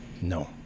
No